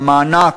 במענק,